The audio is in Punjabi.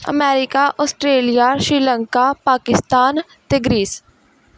ਅਮੈਰੀਕਾ ਆਸਟ੍ਰੇਲੀਆ ਸ੍ਰੀਲੰਕਾ ਪਾਕਿਸਤਾਨ ਅਤੇ ਗਰੀਸ